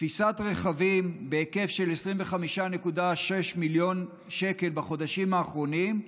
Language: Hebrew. תפיסת רכבים בהיקף של 25.6 מיליון שקל בחודשים האחרונים,